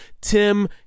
Tim